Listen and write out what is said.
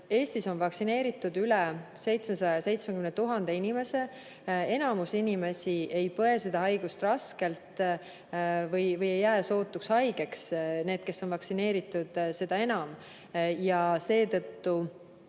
Eestis on vaktsineeritud üle 770 000 inimese, enamus inimesi ei põe seda haigust raskelt või sootuks ei jäägi haigeks, need, kes on vaktsineeritud, seda enam. Seetõttu